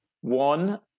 One